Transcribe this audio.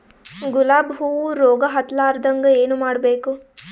ಗುಲಾಬ್ ಹೂವು ರೋಗ ಹತ್ತಲಾರದಂಗ ಏನು ಮಾಡಬೇಕು?